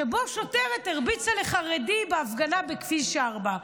שבו שוטרת הרביצה לחרדי בהפגנה בכביש 4,